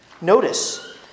Notice